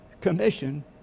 commission